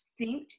synced